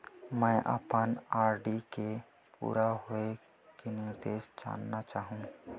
मैं अपन आर.डी के पूरा होये के निर्देश जानना चाहहु